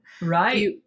Right